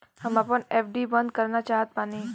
हम आपन एफ.डी बंद करना चाहत बानी